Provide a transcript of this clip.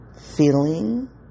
feeling